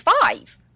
five